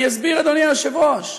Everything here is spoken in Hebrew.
אני אסביר, אדוני היושב-ראש.